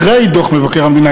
אחרי דוח מבקר המדינה,